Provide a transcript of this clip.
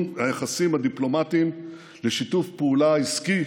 היחסים הדיפלומטיים לשיתוף פעולה עסקי,